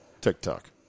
TikTok